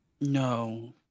No